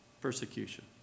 persecution